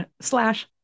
slash